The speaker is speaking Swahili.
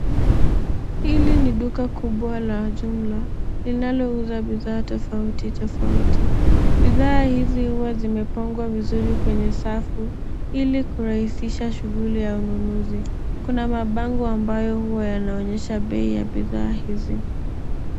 Hili ni duka kubwa la jumla linalouza bidhaa tofauti tofauti. Bidhaa hizi huwa zimepangwa vizuri kwenye safu ili kurahisisha shughuli ya ununuzi. Kuna mbango ambayo huwa yanaonyesha bei ya bidhaa hizi.